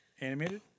Animated